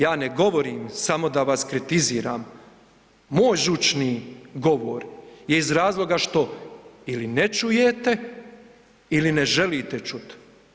Ja ne govorim samo da vas kritiziram, moj žučni govor je iz razloga što ili ne čujete ili ne želite čuti.